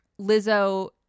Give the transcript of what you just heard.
Lizzo